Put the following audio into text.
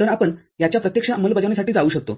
तर आपण याच्या प्रत्यक्ष अंमलबजावणीसाठी जाऊ शकतो